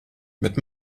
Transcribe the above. bet